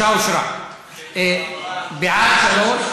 הצעת ועדת הכספים בדבר פיצול הצעת חוק לתיקון פקודת מס הכנסה (מס' 219),